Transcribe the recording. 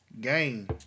Game